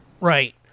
Right